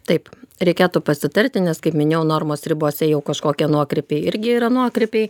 taip reikėtų pasitarti nes kaip minėjau normos ribose jau kažkokie nuokrypiai irgi yra nuokrypiai